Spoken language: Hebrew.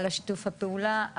על שיתוף הפעולה,